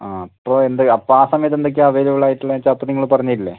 ആ അപ്പോൾ എന്ത് അപ്പം ആ സമയത്ത് എന്തൊക്കെയാണ് അവൈലബിൾ ആയിട്ട് ഉള്ളതെന്നു വച്ചാൽ അപ്പം നിങ്ങൾ പറഞ്ഞു തരില്ലെ